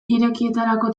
irekietarako